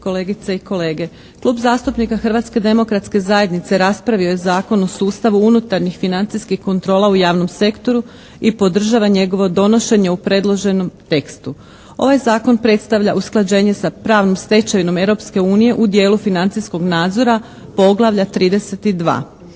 kolegice i kolege. Klub zastupnika Hrvatske demokratske zajednice raspravio je Zakon o sustavu unutarnjih financijskih kontrola u javnom sektoru i podržava njegovo donošenje u predloženom tekstu. Ovaj zakon predstavlja usklađenje sa pravnom stečevinom Europske unije u dijelu financijskog nadzora poglavlja 32.